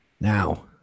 now